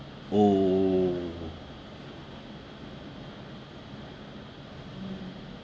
oh